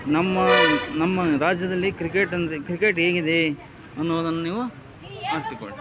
ನಮ್ಮ ನಮ್ಮ ರಾಜ್ಯದಲ್ಲಿ ಕ್ರಿಕೆಟ್ ಅಂದರೆ ಕ್ರಿಕೆಟ್ ಹೇಗಿದೆ ಅನ್ನುವುದನ್ನು ನೀವು ಅರಿತುಕೊಳ್ಳಿ